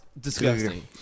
disgusting